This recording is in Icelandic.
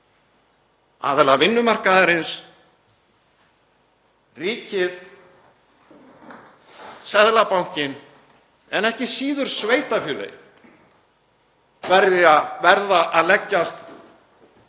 Aðilar vinnumarkaðarins, ríkið, Seðlabankinn en ekki síður sveitarfélögin verða að leggjast öll